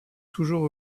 toujours